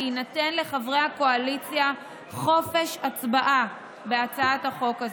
יינתן לחברי הקואליציה חופש הצבעה בהצעת החוק הזו.